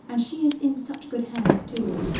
and she is in such good hands, too,